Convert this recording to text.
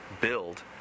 build